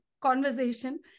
conversation